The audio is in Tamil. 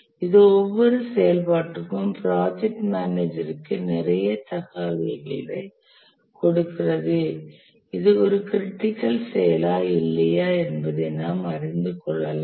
இது ஒவ்வொரு செயல்பாட்டிற்கும் ப்ராஜெக்ட் மேனேஜர் க்கு நிறைய தகவல்களைக் கொடுக்கிறது இது ஒரு க்ரிட்டிக்கல் செயலா இல்லையா என்பதை நாம் அறிந்து கொள்ளலாம்